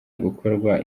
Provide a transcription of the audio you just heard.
gukorwa